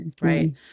Right